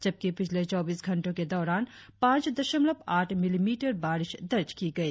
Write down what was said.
जबकि पिछले चौबीस घंटों के दौरान पांच दशमलव आठ मिलीमीटर बारिश दर्ज की गई